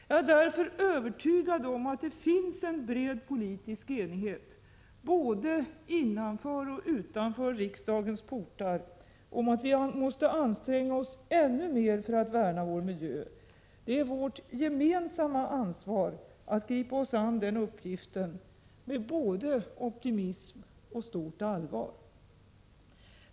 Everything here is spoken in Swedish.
Jag är därför övertygad om att det finns en bred politisk enighet, både innanför och utanför riksdagens portar, om att vi måste anstränga oss än mer för att värna vår miljö. Det är vårt gemensamma ansvar att gripa oss an den uppgiften med både optimism och stort allvar.